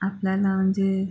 आपल्याला म्हणजे